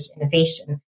Innovation